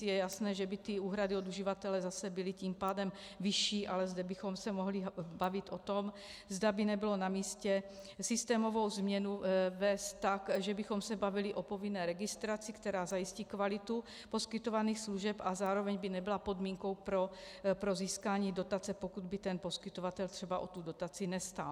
Je jasné, že by úhrady od uživatele zase byly tím pádem vyšší, ale zde bychom se mohli bavit o tom, zda by nebylo namístě systémovou změnu vést tak, že bychom se bavili o povinné registraci, která zajistí kvalitu poskytovaných služeb a zároveň by nebyla podmínkou pro získání dotace, pokud by ten poskytovatel třeba o tu dotaci nestál.